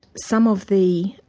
some of the,